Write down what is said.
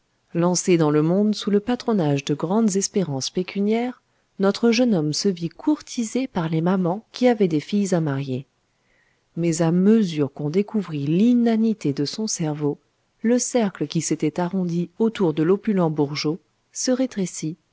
lancé dans le monde sous le patronage de grandes espérances pécuniaires notre jeune homme se vit courtisé par les mamans qui avaient des filles à marier mais à mesure qu'on découvrit l'inanité de son cerveau le cercle qui s'était arrondi autour de l'opulent bourgeot se rétrécit